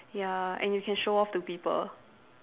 ya and you can show off to people